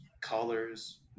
colors